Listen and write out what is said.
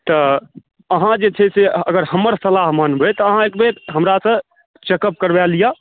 तऽ अहाँ जे छै से अगर हमर सलाह मानबै तऽ अहाँ एकबेर हमरासँ चेकअप करवा लिअ